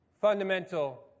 fundamental